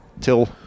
till